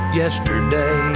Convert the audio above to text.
yesterday